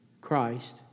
Christ